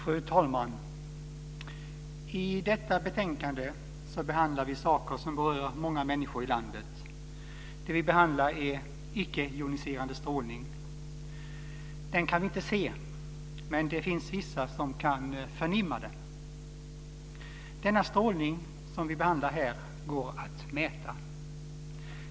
Fru talman! I detta betänkande behandlas saker som berör många människor i landet. Vad vi behandlar är frågan om icke joniserande strålning. Denna kan vi inte se men det finns vissa som kan förnimma den. Den strålning som här behandlas går det att mäta.